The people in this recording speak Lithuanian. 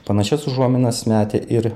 panašias užuominas metė ir